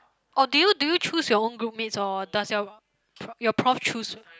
oh did you did you choose your own group mates or does your your your prof choose